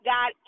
God